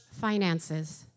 finances